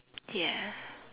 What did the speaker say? ya